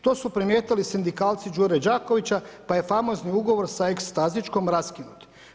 To su primijetili sindikalci Đure Đakovića, pa je famozni ugovor sa EX Stazićkom raskinut.